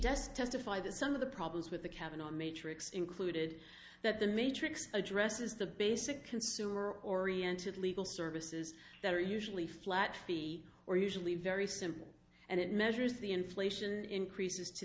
does testify that some of the problems with the cabinet matrix included that the matrix addresses the basic consumer oriented legal services that are usually flat fee or usually very simple and it measures the inflation increases to